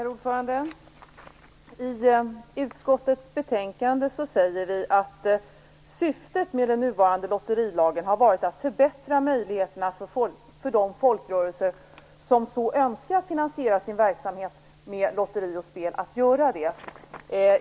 Herr talman! I utskottets betänkande säger vi att syftet med den nuvarande lotterilagen har varit att förbättra möjligheterna för de folkrörelser som önskar att finansiera sin verksamhet med lotteri och spel att göra det.